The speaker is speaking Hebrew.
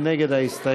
מי נגד ההסתייגות?